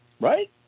Right